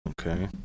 Okay